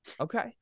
Okay